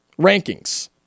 rankings